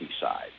side